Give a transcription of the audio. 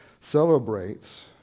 celebrates